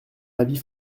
avis